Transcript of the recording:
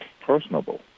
personable